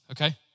okay